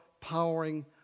powering